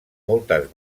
moltes